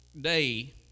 day